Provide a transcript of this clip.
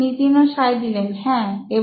নিতিন হ্যাঁ এবং